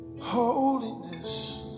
Holiness